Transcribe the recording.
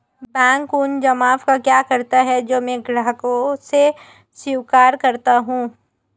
Bank उन जमाव का क्या करता है जो मैं ग्राहकों से स्वीकार करता हूँ?